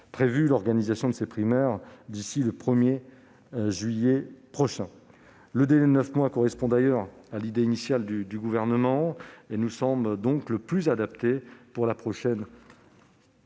prévu l'organisation de primaires d'ici au 1 juillet prochain. Le délai de neuf mois, qui correspond d'ailleurs à l'idée initiale du Gouvernement, nous semble donc le plus adapté pour la prochaine